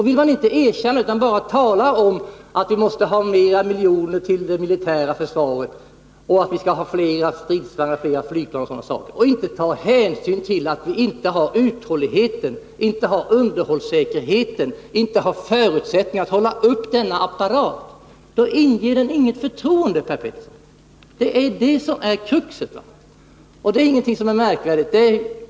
Vill man inte erkänna det utan bara talar om att vi måste ha fler miljoner till det militära försvaret, fler stridsvagnar, fler flygplan osv. — och inte tar hänsyn till att vi inte har uthålligheten, inte har underhållssäkerheten, inte har förutsättningar för att upprätthålla denna apparat — då inger vårt försvar inget förtroende, Per Petersson. Det är det som är kruxet, och det är ingenting som är märkvärdigt.